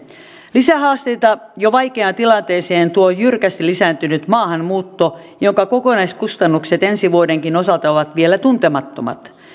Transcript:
lisähaasteita jo vaikeaan tilanteeseen tuo jyrkästi lisääntynyt maahanmuutto jonka kokonaiskustannukset ensi vuodenkin osalta ovat vielä tuntemattomat